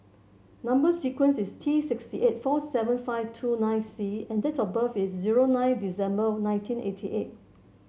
number sequence is T six eight four seven five two nine C and date of birth is zero nine December nineteen eighty eight